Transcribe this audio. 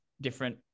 different